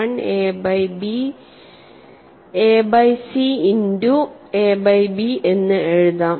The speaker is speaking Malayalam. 11 a by c into a by b എന്ന് എഴുതാം